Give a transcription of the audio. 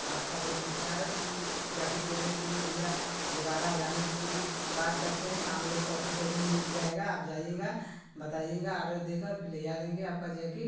आपका बहुत अच्छा है फिर जैकेट लेने के लिए भैया दोबारा जाने के लिए भी बात करते हैं तो हम लोग कहते हैं कि अभी मिल जाएगा आप जाइएगा बताइएगा आडर देकर फिर लिया देंगे आपका जैकिट